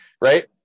right